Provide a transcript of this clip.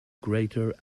greater